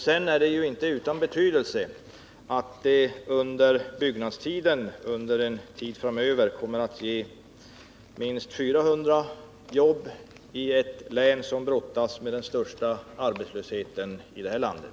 Sedan är det inte utan betydelse att det under byggnadstiden kommer att ge minst 400 jobb i det län som brottas med den största arbetslösheten här i landet.